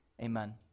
Amen